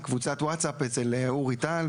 קבוצת ווטסאפ אצל אורי טל,